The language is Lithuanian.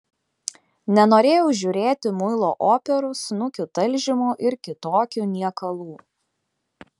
nenorėjau žiūrėti muilo operų snukių talžymų ir kitokių niekalų